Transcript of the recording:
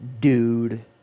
dude